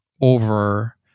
over